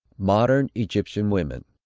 modern egyptian women.